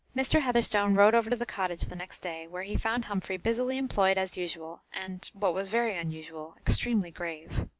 mr. heatherstone rode over to the cottage the next day, where he found humphrey busily employed as usual, and, what was very unusual, extremely grave.